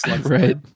right